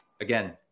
again